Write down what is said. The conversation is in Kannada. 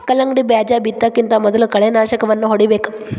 ಕಲ್ಲಂಗಡಿ ಬೇಜಾ ಬಿತ್ತುಕಿಂತ ಮೊದಲು ಕಳೆನಾಶಕವನ್ನಾ ಹೊಡಿಬೇಕ